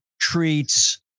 treats